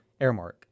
Airmark